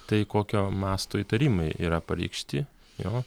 tai kokio masto įtarimai yra pareikšti jo